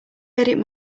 edit